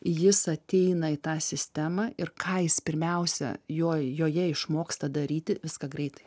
jis ateina į tą sistemą ir ką jis pirmiausia joj joje išmoksta daryti viską greitai